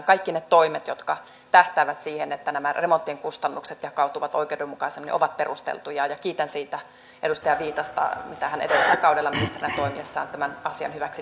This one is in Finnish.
kaikki ne toimet jotka tähtäävät siihen että nämä remonttien kustannukset jakautuvat oikeudenmukaisemmin ovat perusteltuja ja kiitän edustaja viitasta siitä mitä hän edellisellä kaudella ministerinä toimiessaan tämän asian hyväksi teki